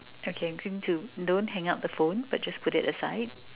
okay don't hang up the phone but just put it aside